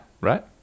right